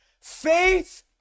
Faith